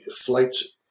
flights